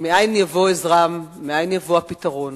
מאין יבוא עזרם, מאין יבוא הפתרון.